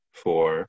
four